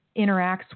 interacts